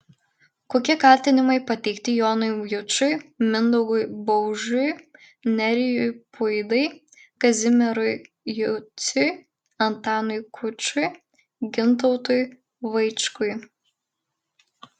kokie kaltinimai pateikti jonui jučui mindaugui baužiui nerijui puidai kazimierui juciui antanui kučui gintautui vaičkui